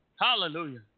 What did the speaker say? Hallelujah